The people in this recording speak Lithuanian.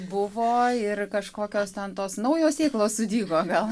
buvo ir kažkokios ten tos naujos sėklos sudygo gal